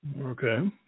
Okay